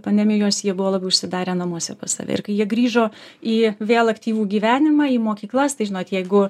pandemijos jie buvo labiau užsidarę namuose pas save ir kai jie grįžo į vėl aktyvų gyvenimą į mokyklas tai žinot jeigu